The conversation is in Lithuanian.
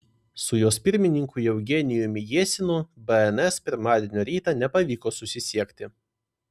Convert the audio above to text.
su jos pirmininku eugenijumi jesinu bns pirmadienio rytą nepavyko susisiekti